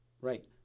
Right